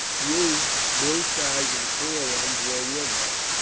you've blue skies and clear ones where you're going,